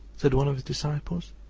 said one of his disciples,